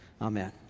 Amen